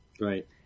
Right